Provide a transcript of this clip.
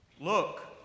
Look